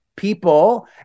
people